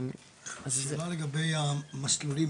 מה לגבי המסלולים,